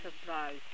surprise